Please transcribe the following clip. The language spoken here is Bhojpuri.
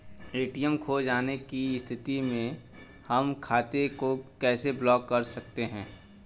ए.टी.एम खो जाने की स्थिति में हम खाते को कैसे ब्लॉक कर सकते हैं?